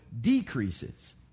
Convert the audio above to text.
decreases